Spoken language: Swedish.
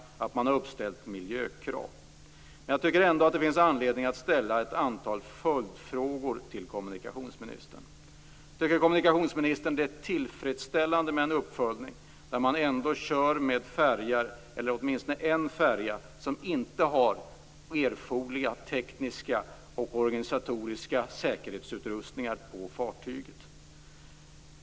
Man har uppställt miljökrav. Men jag tycker ändå att det finns anledning att ställa ett antal följdfrågor till kommunikationsministern. Tycker kommunikationsministern att det är tillfredsställande med en uppföljning där man kör med åtminstone en färja som inte har erforderliga tekniska och organisatoriska säkerhetsutrustningar på fartyget?